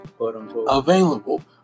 available